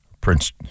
Prince